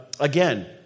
Again